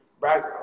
Right